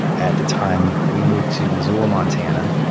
at the time, we moved to missoula, montana,